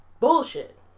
bullshit